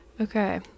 Okay